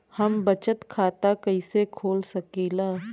हम बचत खाता कईसे खोल सकिला?